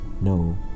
No